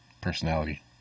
personality